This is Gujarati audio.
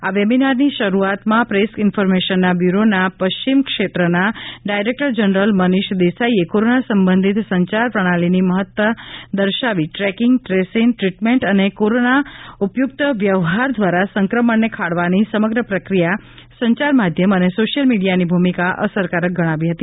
આ વેબીનારની શરૂઆતમાં પ્રેસ ઈન્ફોર્મેશનના બ્યુરોના પશ્ચિમ ક્ષેતના ડાયરેક્ટર જનરલ મનીષ દેસાઈએ કોરોના સંબધિત સંચાર પ્રણાલીની મહત્વાતા દર્શાવી ટ્રેકિગ ટ્રેસિંગ ટ્રીટમેન્ટ અન કોરોના ઉપયુક્ત વ્યવહાર દ્વારા સંક્રમણને ખાળવાની સમગ્ર પ્રક્રિયા સંચાર માધ્યમ અને સોશ્યલ મિડિયાની ભૂમિકા અસરકારક ગણાવી હતી